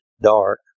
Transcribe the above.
dark